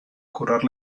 curar